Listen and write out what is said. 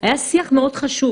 היה מאוד חשוב.